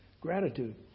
gratitude